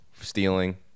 stealing